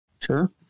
Sure